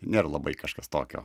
nėr labai kažkas tokio